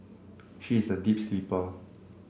she is a deep sleeper